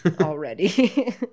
already